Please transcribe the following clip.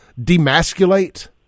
demasculate